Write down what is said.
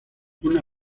una